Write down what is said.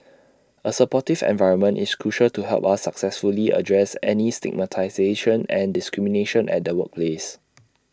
A supportive environment is crucial to help us successfully address any stigmatisation and discrimination at the workplace